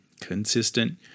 consistent